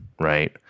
right